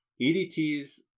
EDTs